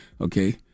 Okay